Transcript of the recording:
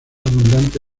abundante